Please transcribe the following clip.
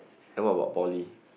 then what about poly